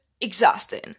exhausting